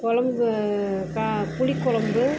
கொழம்பு புளிக்கொழம்பு